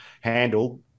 handle